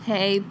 Hey